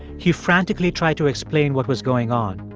he frantically tried to explain what was going on.